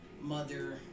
mother